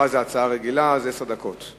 הצעה רגילה, לרשותך עשר דקות.